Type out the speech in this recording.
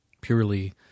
purely